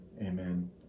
Amen